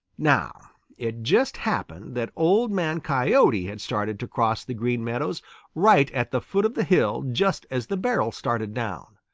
now it just happened that old man coyote had started to cross the green meadows right at the foot of the hill just as the barrel started down.